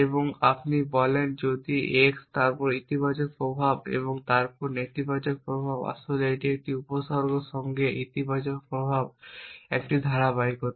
এবং আপনি বলেন যদি x তারপর ইতিবাচক প্রভাব তারপর নেতিবাচক প্রভাব আসলে একটি উপসর্গ সঙ্গে ইতিবাচক প্রভাব একটি ধারাবাহিকতা